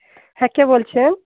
হ্যাঁ কে বলছেন